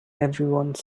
everyone